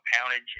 poundage